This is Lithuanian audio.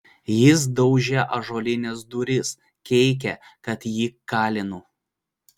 jis daužė ąžuolines duris keikė kad jį kalinu